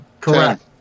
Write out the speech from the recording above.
correct